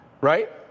right